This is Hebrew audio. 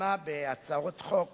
שפורסמה בהצעות חוק